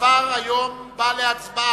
הדבר בא היום להצבעה.